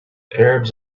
arabs